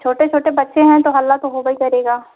छोटे छोटे बच्चे हैं तो हल्ला तो होबै करेगा